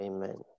Amen